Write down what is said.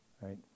right